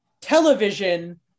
television